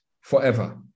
forever